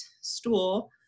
stool